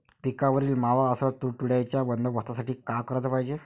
पिकावरील मावा अस तुडतुड्याइच्या बंदोबस्तासाठी का कराच पायजे?